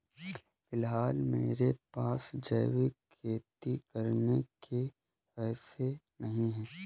फिलहाल मेरे पास जैविक खेती करने के पैसे नहीं हैं